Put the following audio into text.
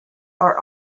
are